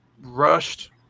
rushed